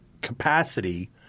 capacity